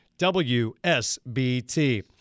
WSBT